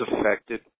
affected